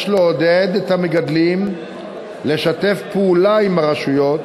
יש לעודד את המגדלים לשתף פעולה עם הרשויות